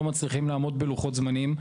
לא מצליחים לעמוד בלוחות זמנים.